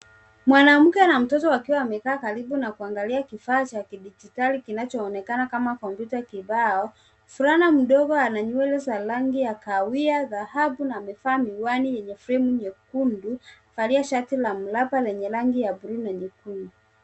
Mwanamke na mtoto wakiwa wamekaa karibu na kuangalia kifaa cha kidijitali, kinachoonekana kama kompyuta kibao. Mvulana mdogo ana nywele za rangi ya kahawia dhahabu na amevaa miwani yenye fremu nyekundu, na amevalia shati la mraba lenye rangi ya buluu na nyekundu.